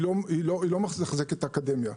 היא לא מתחזקת אקדמיה.